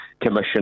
Commission